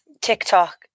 TikTok